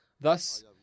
Thus